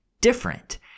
different